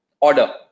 order